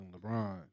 LeBron